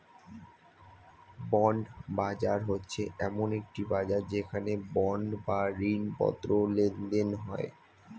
bond বাজার হচ্ছে এমন একটি বাজার যেখানে বন্ড বা ঋণপত্র লেনদেন হয়